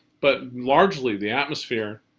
but largely the atmosphere,